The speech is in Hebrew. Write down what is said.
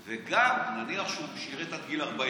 וגם, נניח שהוא שירת עד גיל 40,